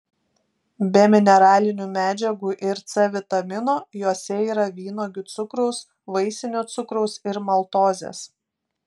be mineralinių medžiagų ir c vitamino juose yra vynuogių cukraus vaisinio cukraus ir maltozės